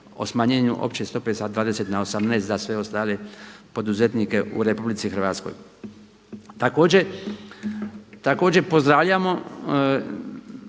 o smanjenju opće stope sa 20 na 18 za sve ostale poduzetnike u Republici Hrvatskoj. Također pozdravljamo